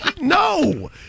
No